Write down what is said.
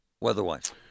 weather-wise